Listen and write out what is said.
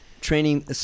training